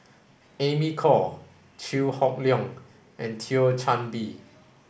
Amy Khor Chew Hock Leong and Thio Chan Bee